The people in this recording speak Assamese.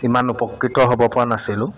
ইমান উপকৃত হ'ব পৰা নাছিলোঁ